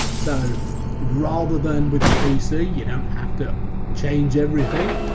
so rather than with your pc you don't have to change everything,